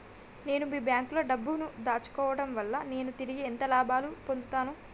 నేను మీ బ్యాంకులో డబ్బు ను దాచుకోవటం వల్ల నేను తిరిగి ఎంత లాభాలు పొందుతాను?